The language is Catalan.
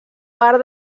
part